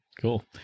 cool